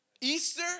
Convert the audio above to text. Easter